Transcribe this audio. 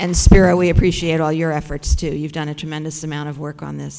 and spirit we appreciate all your efforts to you've done a tremendous amount of work on this